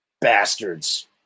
bastards